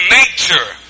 nature